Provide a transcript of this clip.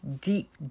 deep